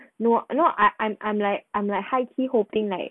no no I I'm I'm like I'm like high key hoping like